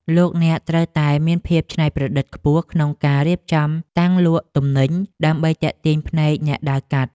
លោកអ្នកត្រូវតែមានភាពច្នៃប្រឌិតខ្ពស់ក្នុងការរៀបចំតាំងលក់ទំនិញដើម្បីទាក់ទាញភ្នែកអ្នកដើរកាត់។